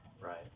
Right